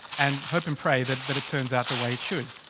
and hope and pray that that it turns out the way it should.